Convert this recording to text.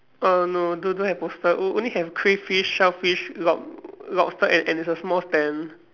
oh no don't don't have poster o~ only have crayfish shellfish lob~ lobster and and it's a small stand